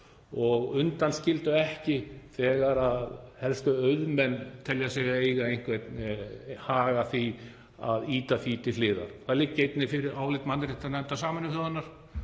og undanskildi ekki þegar helstu auðmenn telja sig eiga einhvern hag af því að ýta því til hliðar. Það liggur einnig fyrir álit mannréttindanefndar Sameinuðu þjóðirnar